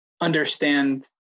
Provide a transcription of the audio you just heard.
understand